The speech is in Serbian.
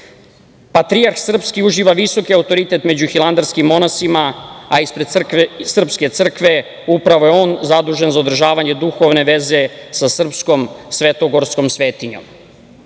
srpski uživa visoki autoritet među hilandarskim monasima, a ispred srpske crkve upravo je on zadužen za održavanje duhovne veze sa srpskom svetogorskom svetinjom. Neko